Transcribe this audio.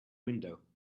window